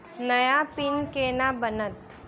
नया पिन केना बनत?